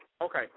Okay